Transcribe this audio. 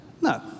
No